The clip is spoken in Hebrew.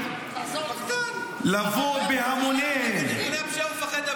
אלא בהיותי מנהיג נבחר -- רד למטה,